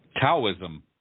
Taoism